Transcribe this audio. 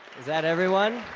that everyone